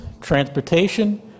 transportation